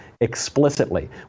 explicitly